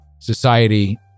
Society